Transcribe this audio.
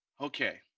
Okay